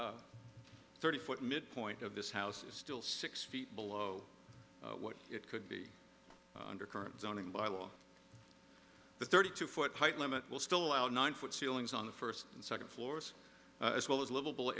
thirty foot midpoint of this house is still six feet below what it could be under current zoning by law the thirty two foot height limit will still allow nine foot ceilings on the first and second floors as well as